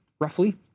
roughly